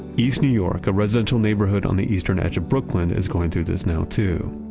east new york, a residential neighborhood on the eastern edge of brooklyn, is going through this now too.